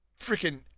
freaking